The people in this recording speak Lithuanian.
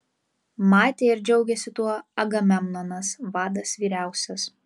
matė ir džiaugėsi tuo agamemnonas vadas vyriausias